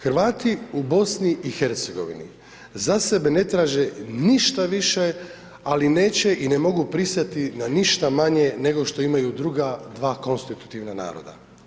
Hrvati u BiH ne traže ništa više, ali neće i ne mogu pristati na ništa manje nego što imaju druga dva konstitutivna naroda.